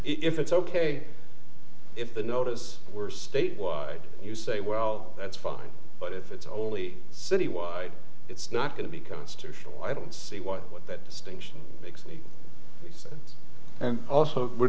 if it's ok if the notice were state wide you say well that's fine but if it's only city wide it's not going to be constitutional i don't see why that distinction makes sense and also we're